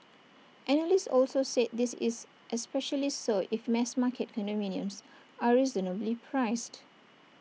analysts also said this is especially so if mass market condominiums are reasonably priced